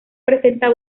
presenta